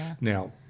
Now